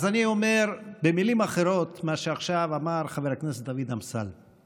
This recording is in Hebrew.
אז אני אומר במילים אחרות את מה שעכשיו אמר חבר הכנסת דוד אמסלם.